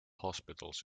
hospitals